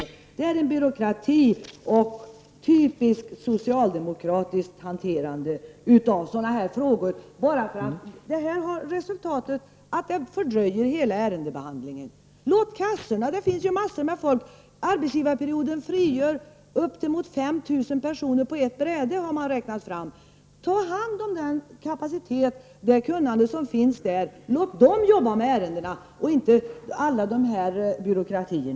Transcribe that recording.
Detta innebär en byråkrati och ett typiskt socialdemokratiskt hanterande av dessa frågor. Detta får till resultat att hela ärendebehandlingen fördröjs. Låt försäkringskassorna sköta detta! Det finns ju massor med folk där. Införandet av arbetsgivarperioden frigör uppemot 5 000 personer på ett bräde. Det har man räknat fram. Ta hand om den kapacitet och det kunnande som finns där! Låt dessa människor arbeta med ärendena och inte alla dessa byråkrater!